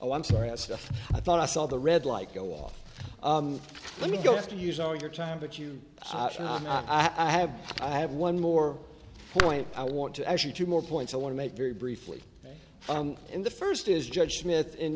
oh i'm sorry i thought i saw the red light go off let me go have to use all your time but you i have i have one more point i want to actually two more points i want to make very briefly in the first is judge smith in